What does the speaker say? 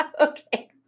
Okay